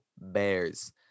Bears